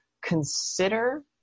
consider